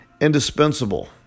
indispensable